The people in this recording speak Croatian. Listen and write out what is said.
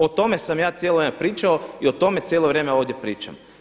O tome sam ja cijelo vrijeme pričao i o tome cijelo vrijeme ovdje pričam.